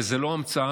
וזו לא המצאה,